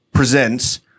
presents